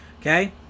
okay